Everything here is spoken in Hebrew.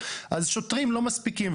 אז שוטרים לא מספיקים,